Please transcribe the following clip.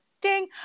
Ding